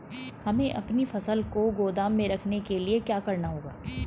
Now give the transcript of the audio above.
हमें अपनी फसल को गोदाम में रखने के लिये क्या करना होगा?